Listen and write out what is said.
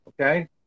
okay